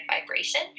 vibration